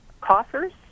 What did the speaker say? coffers